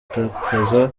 dutakaza